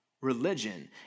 religion